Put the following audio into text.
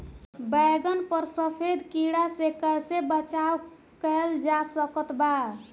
बैगन पर सफेद कीड़ा से कैसे बचाव कैल जा सकत बा?